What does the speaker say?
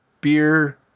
beer